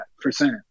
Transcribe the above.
percent